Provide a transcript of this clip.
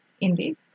indeed